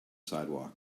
sidewalk